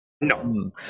No